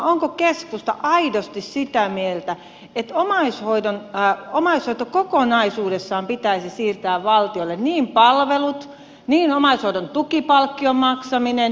onko keskusta aidosti sitä mieltä että omaishoito kokonaisuudessaan pitäisi siirtää valtiolle niin palvelut kuin omaishoidon tukipalkkion maksaminen